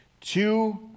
Two